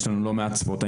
יש לנו לא מעט ספורטאים,